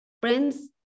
friends